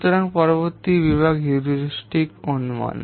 সুতরাং পরবর্তী বিভাগ হিউরিস্টিক অনুমান